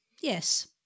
Yes